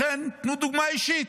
לכן, תנו דוגמה אישית,